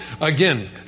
again